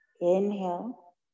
Inhale